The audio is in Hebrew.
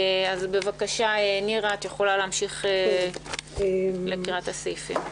בבקשה, נירה, את יכולה להמשיך בקריאת הסעיפים.